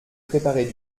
préparer